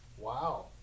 Wow